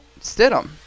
Stidham